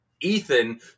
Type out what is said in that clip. Ethan